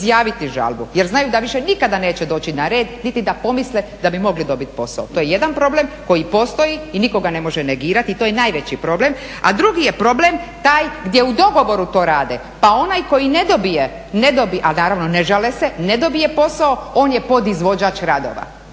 izjaviti žalbu jer znaju da nikada više neće doći na red niti da pomisle da bi mogli dobiti posao. To je jedan problem koji postoji i nikoga ne može negirati i to je najveći problem. A drugi je problem taj gdje u dogovoru to rade, pa onaj koji ne dobije, a naravno ne žale se, ne dobije posao, on je podizvođač radova.